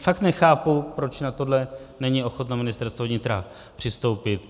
Fakt nechápu, proč na tohle není ochotno Ministerstvo vnitra přistoupit.